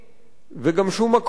וגם שום מקום איננו אי.